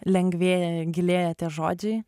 lengvėja gilėja tie žodžiai